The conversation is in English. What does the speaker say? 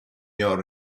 your